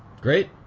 Great